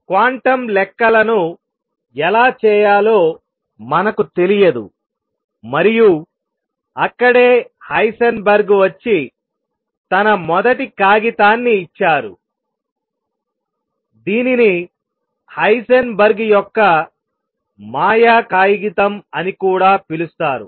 quantum లెక్కలను ఎలా చేయాలో మనకు తెలియదు మరియు అక్కడే హైసెన్బర్గ్ వచ్చి తన మొదటి కాగితాన్ని ఇచ్చారు దీనిని హైసెన్బర్గ్ యొక్క మాయా కాగితం అని కూడా పిలుస్తారు